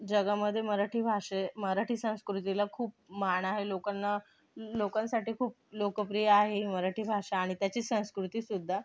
जगामध्ये मराठी भाषे मराठी संस्कृतीला खूप मान आहे लोकांना लोकांसाठी खूप लोकप्रिय आहे ही मराठी भाषा आणि त्याची संस्कृती सुद्धा